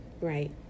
Right